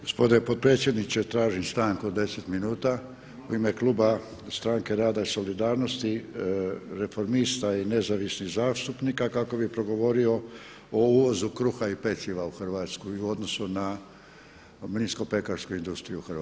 Gospodine potpredsjedniče, tražim stanku od 10 minuta u ime kluba Stranke rada i solidarnosti, Reformista i Nezavisnih zastupnika kako bi progovorio o uvozu kruha i peciva u Hrvatsku i u odnosu na mlinsko pekarsku industriju u Hrvatskoj.